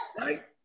right